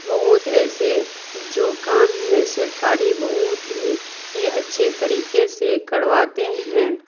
بہت ایسے جو کام ہیں سرکاری بہت ہی اچھے طریقے سے کرواتے ہیں